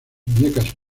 muñecas